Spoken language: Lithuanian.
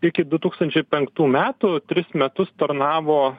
iki du tūkstančiai penktų metų tris metus tarnavo